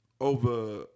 over